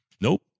nope